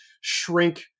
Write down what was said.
shrink